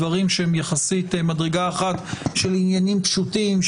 דברים שהם יחסית מדרגה אחת של עניינים פשוטים,